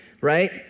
right